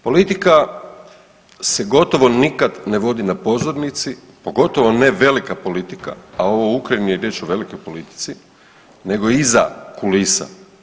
Politika se gotovo nikad ne vodi na pozornici, pogotovo ne velika politika, a ovo u Ukrajini je riječ o velikoj politici, nego iza kulisa.